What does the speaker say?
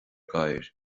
gcathaoir